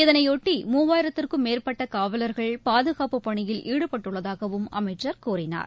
இதனையொட்டி மூவாயிரத்திற்கும் மேற்பட்டகாவலர்கள் பாதுகாப்புப் பனியில் ஈடுபட்டுள்ளதாகவும் அமைச்சர் கூறினார்